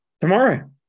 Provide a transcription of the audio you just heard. Tomorrow